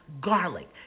Garlic